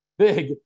Big